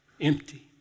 empty